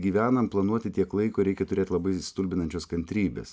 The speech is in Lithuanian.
gyvenam planuoti tiek laiko reikia turėt labai stulbinančios kantrybės